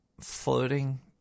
Floating